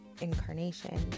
incarnation